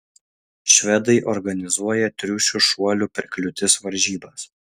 švedai organizuoja triušių šuolių per kliūtis varžybas